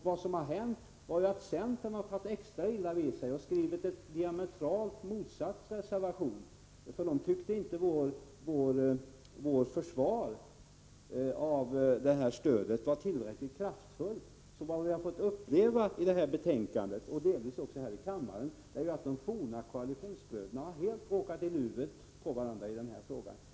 Vad som hänt är att centern tagit extra illa vid sig och skrivit en diametralt motsatt reservation, eftersom centern inte tyckte att vårt försvar av detta stöd var tillräckligt kraftfullt. Vad vi har fått uppleva när det gäller detta betänkande — och delvis också här i kammaren -— är att de forna koalitionsbröderna helt har råkat i luven på varandra i denna fråga.